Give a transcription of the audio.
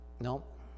Nope